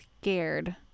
scared